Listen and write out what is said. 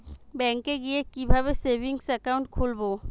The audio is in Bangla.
ব্যাঙ্কে গিয়ে কিভাবে সেভিংস একাউন্ট খুলব?